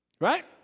Right